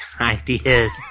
ideas